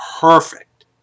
perfect